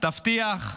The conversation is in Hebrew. תבטיח,